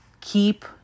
Keep